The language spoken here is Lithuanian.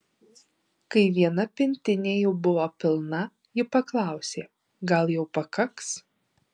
kai viena pintinė jau buvo pilna ji paklausė gal jau pakaks